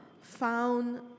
found